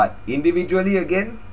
but individually again